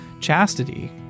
chastity